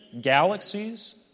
galaxies